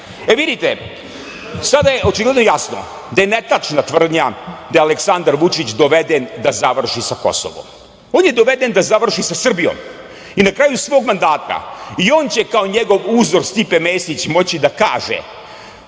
pevate. Vidite, sada je očigledno jasno, da je netačna tvrdnja, da je Aleksandar Vučić doveden da završi sa Kosovom. On je doveden da završi sa Srbijom i na kraju svog mandata i on će, kao njegov uzor Stipe Mesić moći da kaže,